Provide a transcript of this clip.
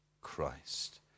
Christ